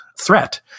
threat